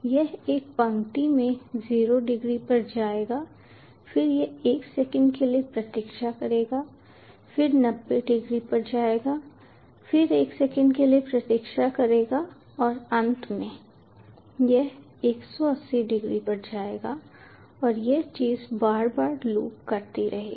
यह एक पंक्ति में 0 डिग्री पर जाएगा फिर यह 1 सेकंड के लिए प्रतीक्षा करेगा फिर 90 डिग्री पर जाएगा फिर एक सेकंड के लिए प्रतीक्षा करेगा और अंत में यह 180 डिग्री पर जाएगा और यह चीज बार बार लूप करती रहेगी